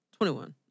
21